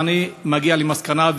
אז אני מגיע למסקנה,